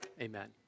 Amen